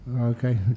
Okay